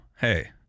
hey